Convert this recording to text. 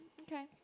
Okay